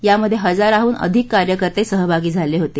यामध्ये हजाराहून अधिक कार्यकर्ते सहभागी झाले होते